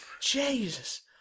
Jesus